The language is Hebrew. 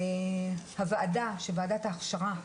הוועדה של ועדת ההכשרה,